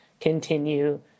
continue